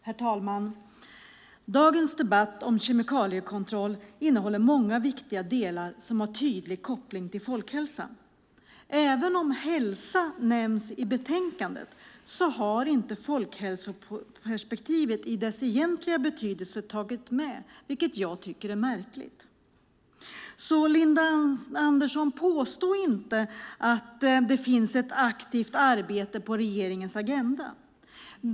Herr talman! Dagens debatt om kemikaliekontroll innehåller många viktiga delar som har tydlig koppling till folkhälsan. Även om hälsa nämns i betänkandet har inte folkhälsoperspektivet i dess egentliga betydelse tagits med, vilket jag tycker är märkligt. Påstå inte att det finns ett aktivt arbete på regeringens agenda, Linda Andersson!